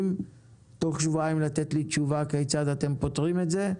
תוך שבועיים לתת לי תשובה כיצד אתם פותרים את זה.